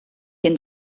den